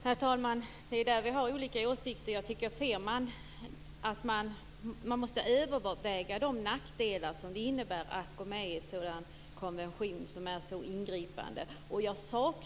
Herr talman! Det är där vi har olika åsikter. Jag tycker att man måste överväga de nackdelar som det innebär att gå med på en konvention som är så ingripande.